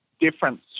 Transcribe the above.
difference